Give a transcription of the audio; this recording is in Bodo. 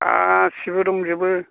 गाससिबो दंजोबो